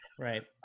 Right